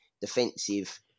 defensive